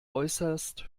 äußerst